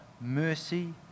mercy